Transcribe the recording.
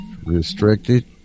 restricted